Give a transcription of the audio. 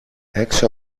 έξω